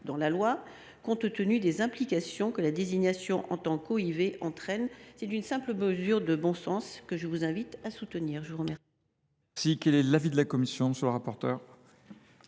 dans la loi, compte tenu des implications que la désignation en tant qu’OIV entraîne. Il s’agit d’une simple mesure de bon sens que je vous invite à soutenir, mes chers